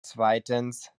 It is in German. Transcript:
zweitens